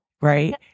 right